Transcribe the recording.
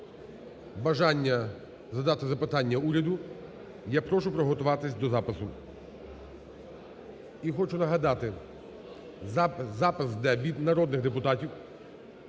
бажання задати запитання уряду, я прошу приготуватися до запису. І хочу нагадати, запис йде від народних депутатів,